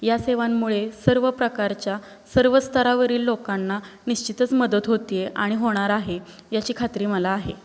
या सेवांमुळे सर्व प्रकारच्या सर्व स्तरावरील लोकांना निश्चितच मदत होते आहे आणि होणार आहे याची खात्री मला आहे